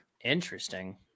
Interesting